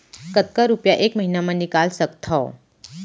कतका रुपिया एक महीना म निकाल सकथव?